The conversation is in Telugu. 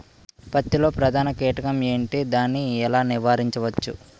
పత్తి లో ప్రధాన కీటకం ఎంటి? దాని ఎలా నీవారించచ్చు?